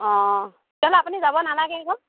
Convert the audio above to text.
অ' তেতিয়াহ'লে আপুনি যাব নালাগে আকৌ